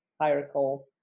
hierarchical